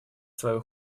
свою